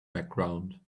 background